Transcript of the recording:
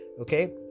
okay